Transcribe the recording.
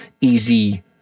easy